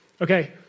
Okay